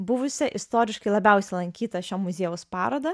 buvusią istoriškai labiausiai lankytą šio muziejaus parodą